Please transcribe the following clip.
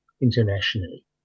internationally